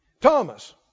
Thomas